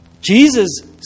Jesus